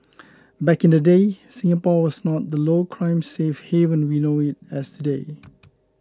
back in the day Singapore was not the low crime safe haven we know it as today